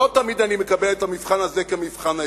לא תמיד אני מקבל את המבחן הזה כמבחן העיקרי,